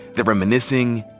the reminiscing,